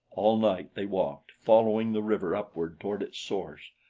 all night they walked, following the river upward toward its source,